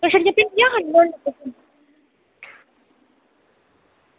तुस छड़ियां भिंडियां खन्नै होन्ने